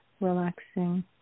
relaxing